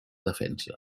defensa